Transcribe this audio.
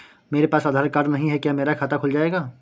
मेरे पास आधार कार्ड नहीं है क्या मेरा खाता खुल जाएगा?